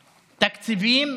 תקציבים,